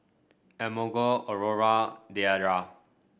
Emogene Aurora Deidra